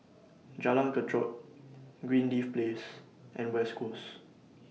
Jalan Kechot Greenleaf Place and West Coast